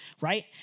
right